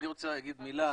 אני רוצה להגיד מילה.